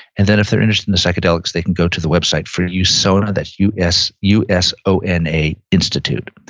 and then if they're interested in the psychedelics, they can go to the website for usona, that's u s u s o n a, institute.